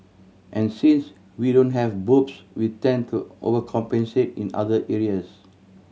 and since we don't have boobs we tend to overcompensate in other areas